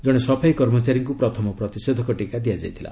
ଜଣେ ସଫାଇ କର୍ମଚାରୀଙ୍କୁ ପ୍ରଥମ ପ୍ରତିଷେଧକ ଟିକା ଦିଆଯାଇଥିଲା